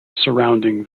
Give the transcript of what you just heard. surrounding